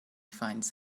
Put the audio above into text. finds